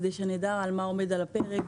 כדי שנדע מה עומד על הפרק,